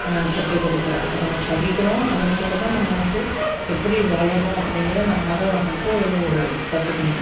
கற்றுக்கொடுக்கும் அதை நம்ம படிக்கிறோம் அதன் மூலமாக நம்ம வந்து எப்படி வாழணும் அப்படிங்கறது நம்ம தான் வந்து கற்றுக்கணும்